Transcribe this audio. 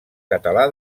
català